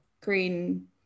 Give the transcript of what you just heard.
green